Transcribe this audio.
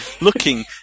looking